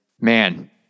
man